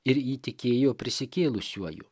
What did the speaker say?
ir įtikėjo prisikėlusiuoju